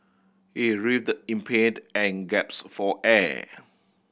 he writhed in paid and for air